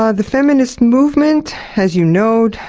ah the feminist movement, as you know,